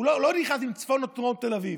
הוא לא נכנס אם צפון או דרום תל אביב.